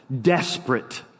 desperate